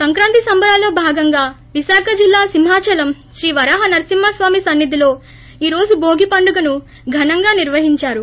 సంక్రాంతి సంబరాల్లో భాగంగా విశాఖ జిల్లా సింహాచలం శ్రీ వరాహ నరసింహా స్వామి సన్నిధిలో ఈ రోజు భోగి పండుగను ఘనంగా నిర్వహించారు